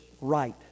right